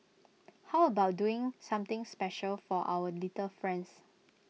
how about doing something special for our little friends